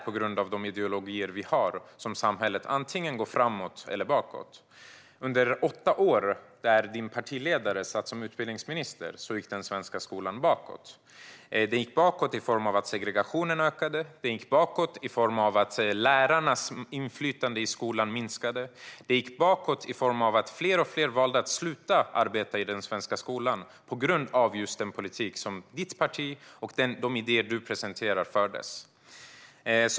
På grund av de ideologier som vi har går samhället antingen framåt eller bakåt. Under de åtta år då Christer Nylanders partiledare satt som utbildningsminister gick den svenska skolan bakåt. Den gick bakåt på så sätt att segregationen ökade, att lärarnas inflytande i skolan minskade och att fler och fler valde att sluta arbeta i den svenska skolan, just på grund av den politik som Christer Nylanders parti förde och de idéer som han presenterar.